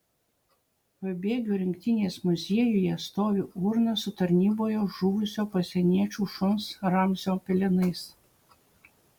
pabėgių rinktinės muziejuje stovi urna su tarnyboje žuvusio pasieniečių šuns ramzio pelenais